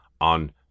on